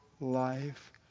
life